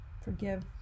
forgive